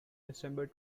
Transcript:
december